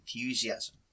enthusiasm